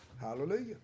Hallelujah